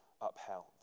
upheld